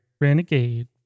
Renegade